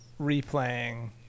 replaying